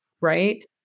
right